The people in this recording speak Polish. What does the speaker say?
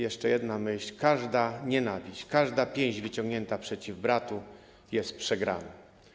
Jeszcze jedna myśl: „Każda nienawiść, każda pięść wyciągnięta przeciw bratu jest przegraną”